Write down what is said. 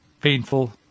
painful